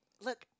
look